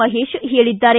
ಮಹೇಶ್ ಹೇಳಿದ್ದಾರೆ